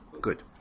Good